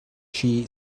she